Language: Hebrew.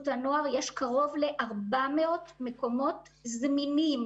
הנוער יש קרוב ל-400 מקומות זמינים,